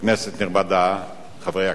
כנסת נכבדה, חברי הכנסת,